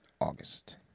August